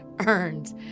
earned